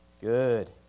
Good